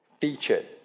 Featured